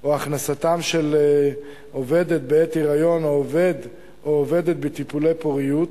או הכנסתם של עובדת בעת היריון או עובד או עובדת בטיפולי פוריות,